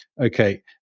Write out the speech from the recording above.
Okay